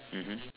mmhmm